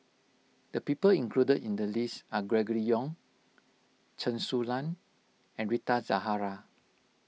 the people included in the list are Gregory Yong Chen Su Lan and Rita Zahara